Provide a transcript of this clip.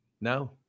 No